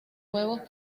huevos